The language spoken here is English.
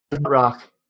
rock